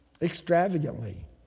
extravagantly